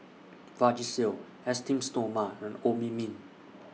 Vagisil Esteem Stoma and Obimin